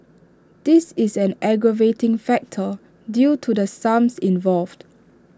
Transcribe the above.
this is an aggravating factor due to the sums involved